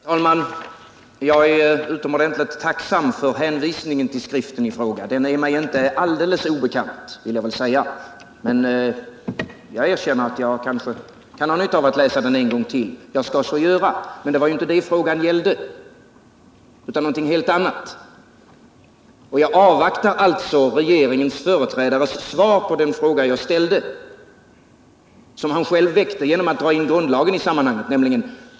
Herr talman! Jag är utomordentligt tacksam för hänvisningen till skriften i fråga. Den är mig inte alldeles obekant, men jag erkänner att jag kanske kan ha nytta av att läsa den en gång till. Jag skall så göra. Men det var inte detta frågan gällde utan någonting helt annat. Jag avvaktar alltså regeringsföreträdarens svar på den fråga jag ställde, en fråga som han själv drog upp genom att dra in grundlagen i sammanhanget.